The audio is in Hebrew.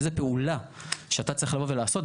איזו פעולה שאתה צריך לבוא ולעשות,